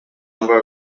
number